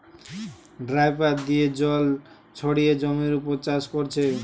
dripper দিয়ে জল ছড়িয়ে জমির উপর চাষ কোরছে